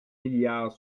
milliards